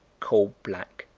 coal-black,